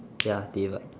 ya divide